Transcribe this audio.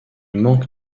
manque